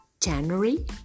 January